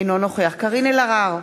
אינו נוכח קארין אלהרר,